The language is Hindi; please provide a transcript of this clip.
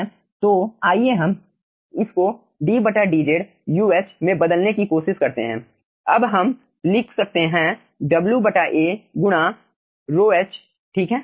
तो आइए हम इस को ddz में बदलने की कोशिश करते हैं अब हम लिख सकते हैं WA गुणा ρh ठीक है